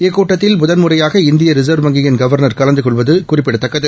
இக்கூட்டத்தில் முதன்முறையாக இந்திய ரிசா்வ் வங்கியின் கவானா கலந்துகொள்வது குறிப்பிடத்தக்கது